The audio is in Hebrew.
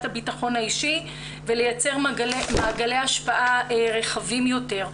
הביטחון האישי ולייצר מעגלי השפעה רחבים יותר.